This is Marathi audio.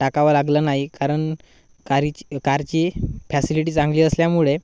टाकावं लागलं नाही कारण कारीची कारची फॅसिलिटी चांगली असल्यामुळे